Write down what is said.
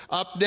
up